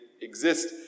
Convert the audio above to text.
exist